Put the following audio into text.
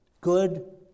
good